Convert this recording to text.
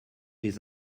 les